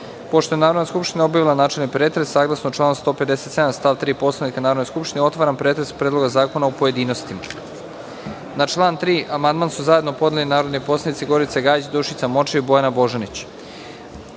46.Pošto je Narodna skupština obavila načelni pretres, saglasno članu 157. stav 3. Poslovnika Narodne skupštine, otvaram pretres Predloga zakona u pojedinostima. Na član 3. amandman su zajedno podnele narodni poslanici Gorica Gajić, Dušica Morčev i Bojana Božanić.Za